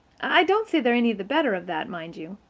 i don't say they're any the better of that, mind you.